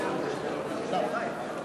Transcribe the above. זה אני.